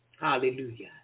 Hallelujah